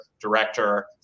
director